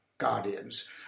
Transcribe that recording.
guardians